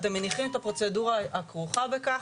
אתם מניחים את הפרוצדורה הכרוכה בכך.